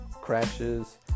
crashes